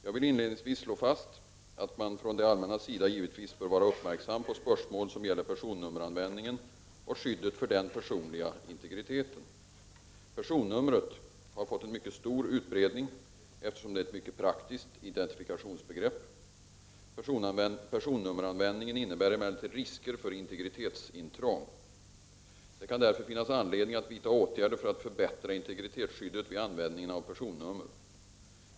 Jag vill inledningsvis slå fast att man från det allmännas sida givetvis bör vara uppmärksam på spörsmål som gäller personnummeranvändningen och = Prot. 1989/90:34 skyddet för den personliga integriteten. Personnumret har fått en mycket — 28 november 1989 stor utbredning eftersom det är ett mycket praktiskt identifikationsbegrepp.. = Personnummeranvändningen innebär emellertid risker för integritetsintrång. Det kan därför finnas anledning att vidta åtgärder för att förbättra integritetsskyddet vid användningen av personnummer.